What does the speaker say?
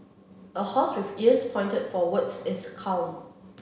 a horse with ears pointed forwards is calm